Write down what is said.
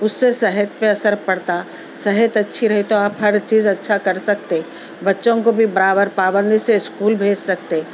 اس سے صحت پہ اثر پڑتا صحت اچھی رہی تو آپ ہر چیز اچھا کر سکتے بچوں کو بھی برابر پابندی سے اسکول بھیج سکتے